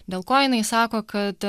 dėl ko jinai sako kad